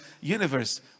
universe